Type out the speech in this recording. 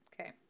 okay